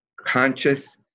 conscious